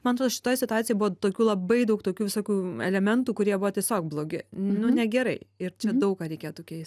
man atrodo šitoj situacijoj buvo tokių labai daug tokių visokių elementų kurie buvo tiesiog blogi nu negerai ir daug ką reikėtų keist